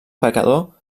pecador